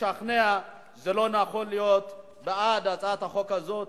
לשכנע שזה לא נכון להיות בעד הצעת החוק הזאת.